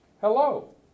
Hello